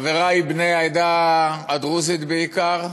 חברי בני העדה הדרוזית, בעיקר,